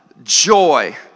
Joy